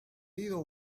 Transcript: ido